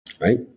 Right